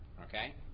Okay